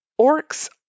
Orcs